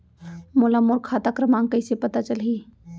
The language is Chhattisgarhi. मोला मोर खाता क्रमाँक कइसे पता चलही?